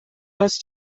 هست